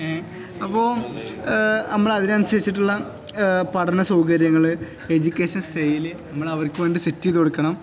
ഏ അപ്പോള് നമ്മള് അതിനനുസരിച്ചിട്ടുള്ള പഠനസൗകര്യങ്ങള് എഡ്യൂക്കേഷൻ സ്റ്റൈല് നമ്മൾ അവർക്കുവേണ്ടി സെറ്റ് ചെയ്തുകൊടുക്കണം